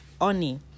honey